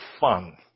fun